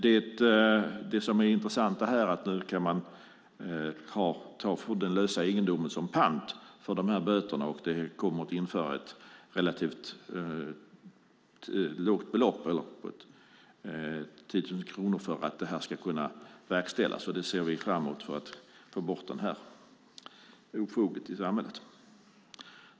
Det som är intressant här är att nu kan kronofogden lösa in egendomen som pant för böterna. Det kommer att bli ett relativt kort tidsförlopp för att det ska kunna verkställas. Vi ser fram emot att få bort det här ofoget i samhället.